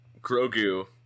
Grogu